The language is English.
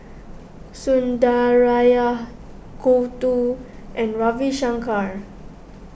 Sundaraiah Gouthu and Ravi Shankar